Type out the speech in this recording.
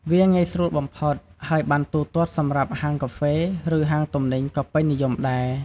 វាងាយស្រួលបំផុត ហើយប័ណ្ណទូទាត់សម្រាប់ហាងកាហ្វេ ឬហាងទំនិញក៏ពេញនិយមដែរ។